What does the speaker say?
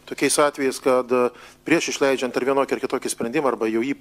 tokiais atvejais kad prieš išleidžiant ar vienokį ar kitokį sprendimą arba jau jį